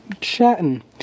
chatting